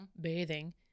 bathing